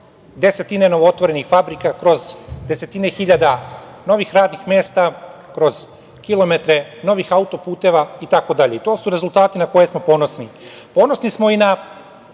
desetine novootvorenih fabrika, kroz desetine hiljada novih radnih mesta, kroz kilometre novih autoputeva i tako dalje. To su rezultati na koje smo ponosni. Ponosni smo i na